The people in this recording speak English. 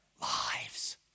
lives